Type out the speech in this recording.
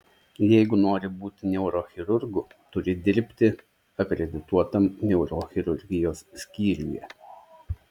jeigu nori būti neurochirurgu turi dirbti akredituotam neurochirurgijos skyriuje